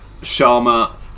Sharma